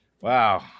Wow